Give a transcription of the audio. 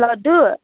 लड्डु